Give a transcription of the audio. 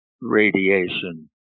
radiation